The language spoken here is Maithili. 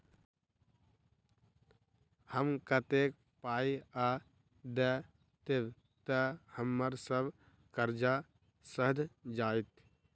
हम कतेक पाई आ दऽ देब तऽ हम्मर सब कर्जा सैध जाइत?